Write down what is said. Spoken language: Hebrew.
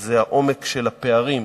זה העומק של הפערים.